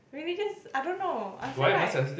really just I don't know I feel like